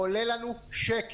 עולה לנו שקל,